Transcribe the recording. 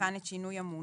נבחן את שינוי המונח.